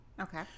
Okay